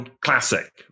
classic